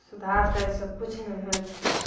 सुधार तऽ अइसँ किछु नहि भेल छै